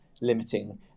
limiting